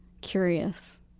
curious